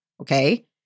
okay